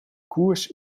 koers